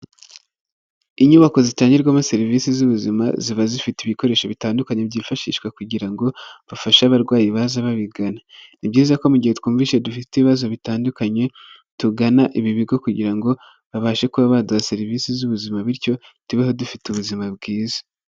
Inyubako zitangirwamo serivisi z'ubuzima ziba zifite ibikoresho bitandukanye byifashishwa kugira ngo bafashe abarwayi baza babigana. Ni byiza ko mu gihe twumvise dufite ibibazo bitandukanye tugana ibi bigo kugira ngo babashe kuba baduha serivisi z'ubuzima bityo tubeho dufite ubuzima bwiza.